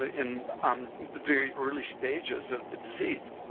ah in um the very early stages of the disease.